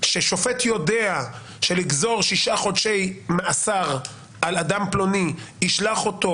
כששופט יודע שלגזור שישה חודשי מאסר על אדם פלוני ישלח אותו